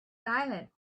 silent